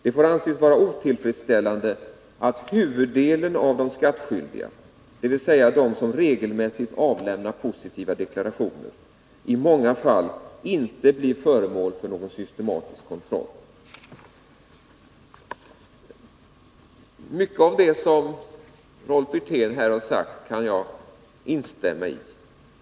Det får anses vara otillfredsställande att huvuddelen av de skattskyldiga, dvs. de som regelmässigt avlämnar positiva deklarationer, i många fall inte blir föremål för någon systematisk kontroll.” Mycket av det som Rolf Wirtén här har sagt kan jag instämma i.